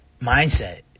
mindset